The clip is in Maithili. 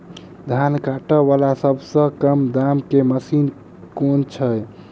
धान काटा वला सबसँ कम दाम केँ मशीन केँ छैय?